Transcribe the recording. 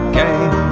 game